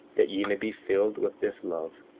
that ye may be filled with this love,